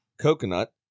coconut